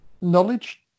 knowledge